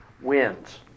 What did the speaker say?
wins